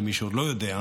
למי שעוד לא יודע,